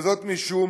ומשום